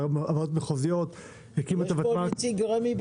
האם נמצא פה בחדר נציג רמ"י?